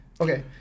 Okay